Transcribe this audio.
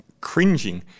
cringing